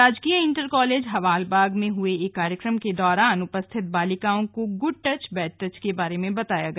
राजकीय inter college Hawalbag में हुए एक कार्यक्रम के दौरान उपस्थित बालिकाओं को गुड़ टच बैड टच के बारे में बताया गया